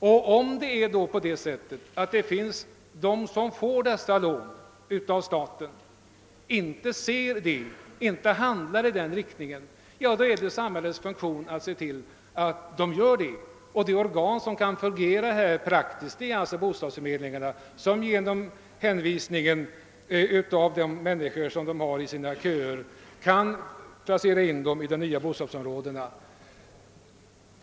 Om de som får sådana lån av staten inte handlar i linje härmed, är det samhällets uppgift att se till att de gör det. De organ som praktiskt kan fungera i denna riktning är bostadsförmedlingarna, som genom hänvisningen av bostäder till dem som är anmälda hos dem kan placera in dessa människor i de nya bostadsområdena.